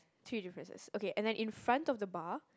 three differences okay and then in front of the bar